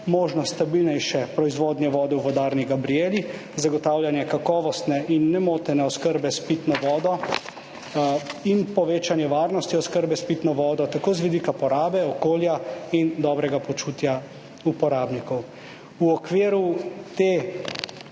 možnost stabilnejše proizvodnje vode v Vodarni Gabrijeli, zagotavljanje kakovostne in nemotene oskrbe s pitno vodo in povečanje varnosti oskrbe s pitno vodo, tako z vidika porabe okolja in dobrega počutja uporabnikov. V okviru tega